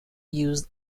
used